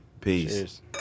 peace